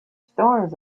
storms